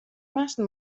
moasten